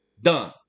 Done